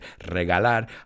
regalar